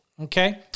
okay